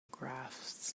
graphs